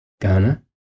Ghana